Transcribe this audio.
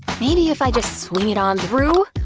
maybe if i just swing it on through.